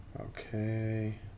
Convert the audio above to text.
Okay